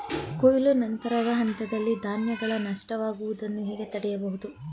ಕೊಯ್ಲು ನಂತರದ ಹಂತದಲ್ಲಿ ಧಾನ್ಯಗಳ ನಷ್ಟವಾಗುವುದನ್ನು ಹೇಗೆ ತಡೆಯಬಹುದು?